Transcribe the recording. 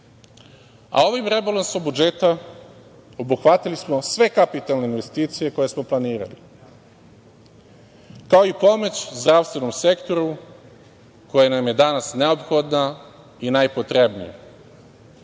bolje. Ovim rebalansom budžeta obuhvatili smo sve kapitalne investicije koje smo planirali, kao i pomoć zdravstvenom sektoru, koja nam je danas neophodna i najpotrebnija.